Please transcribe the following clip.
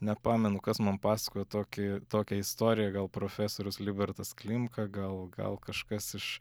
nepamenu kas man pasakojo tokį tokią istoriją gal profesorius libertas klimka gal gal kažkas iš